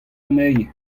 anezhi